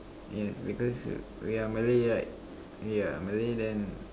yes because we are Malay right we are Malay then